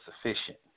sufficient